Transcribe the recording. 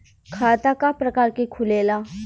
खाता क प्रकार के खुलेला?